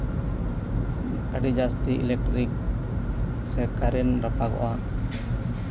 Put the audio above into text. ᱟᱹᱰᱤ ᱡᱟᱹᱥᱛᱤ ᱤᱞᱮᱠᱴᱤᱨᱤᱠ ᱥᱮ ᱠᱟᱨᱮᱱᱴ ᱨᱟᱯᱟᱜᱚᱜᱼᱟ